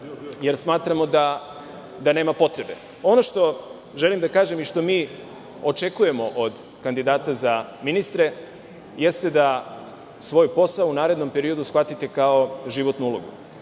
jer smatramo da nema potrebe. Ono što želim da kažem i što mi očekujemo od kandidata za ministre jeste da svoj posao u narednom periodu shvatite kao životnu ulogu,